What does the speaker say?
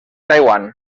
taiwan